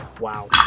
Wow